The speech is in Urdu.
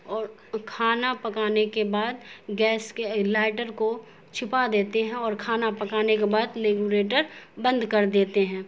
اور کھانا پکانے کے بعد گیس کے لائٹر کو چھپا دیتے ہیں اور کھانا پکانے کے بعد لیگوریٹر بند کر دیتے ہیں